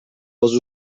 als